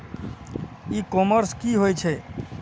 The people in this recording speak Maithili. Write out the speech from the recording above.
ई कॉमर्स की होय छेय?